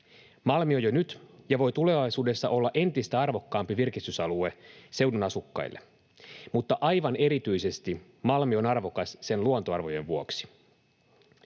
Malmi on jo nyt arvokas ja voi tulevaisuudessa olla entistä arvokkaampi virkistysalue seudun asukkaille, mutta aivan erityisesti Malmi on arvokas sen luontoarvojen vuoksi.